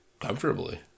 comfortably